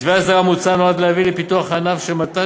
מתווה ההסדרה המוצע נועד להביא לפיתוח הענף של מתן